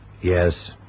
Yes